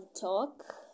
talk